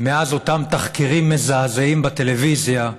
מאז אותם תחקירים מזעזעים בטלוויזיה,